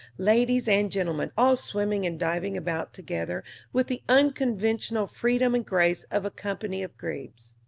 ladies and gentlemen all swimming and diving about together with the unconventional freedom and grace of a company of grebes.